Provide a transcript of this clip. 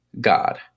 God